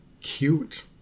cute